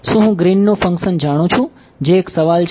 શું હું ગ્રીનનું ફંક્શન જાણું છું જે એક સવાલ છે